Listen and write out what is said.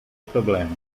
problema